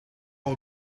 are